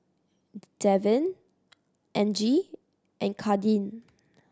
Davin Angie and Kadin